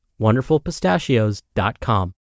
WonderfulPistachios.com